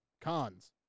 Cons